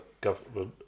government